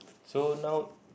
so now